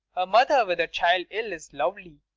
a mother with her child ill is lovely,